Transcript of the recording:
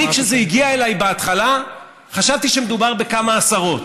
כשזה הגיע אליי בהתחלה, חשבתי שמדובר בכמה עשרות.